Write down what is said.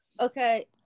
Okay